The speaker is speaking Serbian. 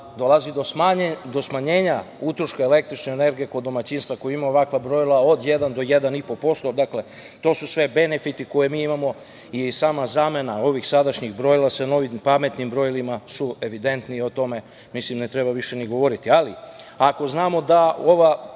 dolazi do smanjenja utroška električne energije kod domaćinstva koji imaju ovakva brojila od 1% do 1,5%. Dakle, to su sve benefiti koje mi imamo i sama zamena ovih sadašnjih brojila sa novim pametnim brojilima su evidentni i o tome mislim ne treba više ni govoriti. Ali, ako znamo da ova